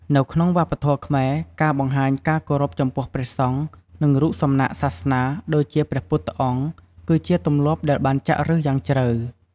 នៅក្នុងវប្បធម៌ខ្មែរ ការបង្ហាញការគោរពចំពោះព្រះសង្ឃ និងរូបសំណាកសាសនា ដូចជាព្រះពុទ្ធអង្គ គឺជាទម្លាប់ដែលបានចាក់ឫសយ៉ាងជ្រៅ។